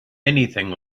anything